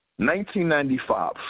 1995